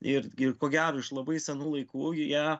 ir ir ko gero iš labai senų laikų ją